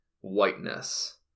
whiteness